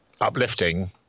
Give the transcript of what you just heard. uplifting